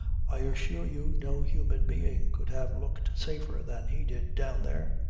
i assure you no human being could have looked safer than he did down there.